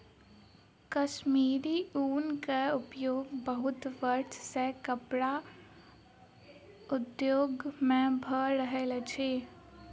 कश्मीरी ऊनक उपयोग बहुत वर्ष सॅ कपड़ा उद्योग में भ रहल अछि